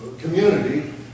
community